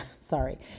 sorry